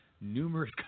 numerous